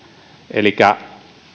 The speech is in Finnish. elikkä